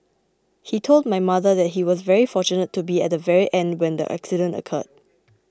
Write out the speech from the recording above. he told my mother that he was very fortunate to be at the very end when the accident occurred